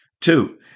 Two